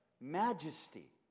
Majesty